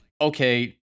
okay